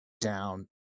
down